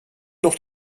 noch